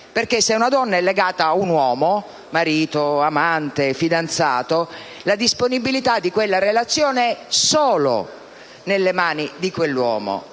perché se una donna è legata ad un uomo (marito, amante, fidanzato) la disponibilità di quella relazione è solo nelle mani di quell'uomo